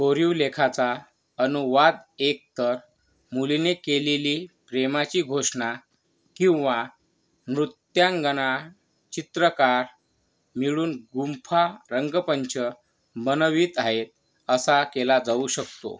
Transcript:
कोरीव लेखाचा अनुवाद एक तर मुलीने केलेली प्रेमाची घोषणा किंवा नृत्यांगना चित्रकार मिळून गुंफा रंगमंच बनवीत आहे असा केला जाऊ शकतो